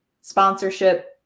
sponsorship